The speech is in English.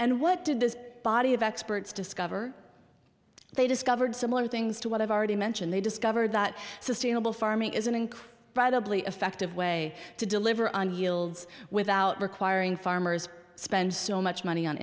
and what did this body of experts discover they discovered similar things to what i've already mentioned they discovered that sustainable farming is an incredibly effective way to deliver on yields without requiring farmers spend so much money on